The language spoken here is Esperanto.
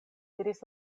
diris